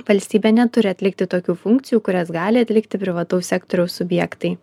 valstybė neturi atlikti tokių funkcijų kurias gali atlikti privataus sektoriaus subjektai